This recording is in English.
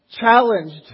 challenged